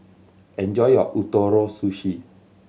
enjoy your Ootoro Sushi